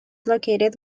located